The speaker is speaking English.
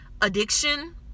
addiction